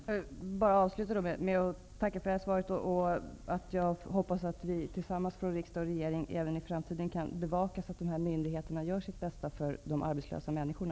Herr talman! Jag avslutar med att än en gång tacka för svaret. Jag hoppas att riksdag och regering även i framtiden bevakar så att de här myndigherna gör sitt bästa för de arbetslösa människorna.